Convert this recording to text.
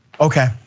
okay